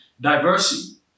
diversity